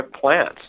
plants